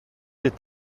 est